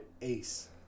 ace